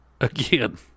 again